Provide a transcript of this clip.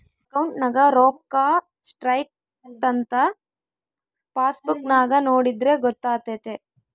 ಅಕೌಂಟ್ನಗ ರೋಕ್ಕಾ ಸ್ಟ್ರೈಥಂಥ ಪಾಸ್ಬುಕ್ ನಾಗ ನೋಡಿದ್ರೆ ಗೊತ್ತಾತೆತೆ